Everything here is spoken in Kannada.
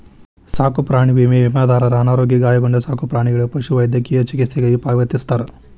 ಸಾಕುಪ್ರಾಣಿ ವಿಮೆ ವಿಮಾದಾರರ ಅನಾರೋಗ್ಯ ಗಾಯಗೊಂಡ ಸಾಕುಪ್ರಾಣಿಗಳ ಪಶುವೈದ್ಯಕೇಯ ಚಿಕಿತ್ಸೆಗಾಗಿ ಪಾವತಿಸ್ತಾರ